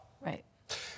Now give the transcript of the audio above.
Right